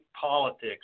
politics